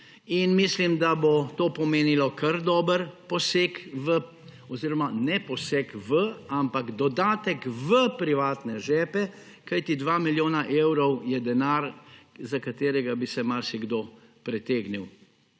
mislim, da bo to pomenilo kar dober poseg oziroma ne poseg v, ampak dodatek v privatne žepe, kajti 2 milijona evrov je denar, za katerega bi se marsikdo pretegnil.